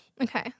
Okay